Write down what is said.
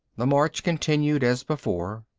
the march continued as before.